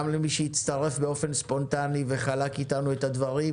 גם מי שהצטרף באופן ספונטני וחלק אתנו את הדברים,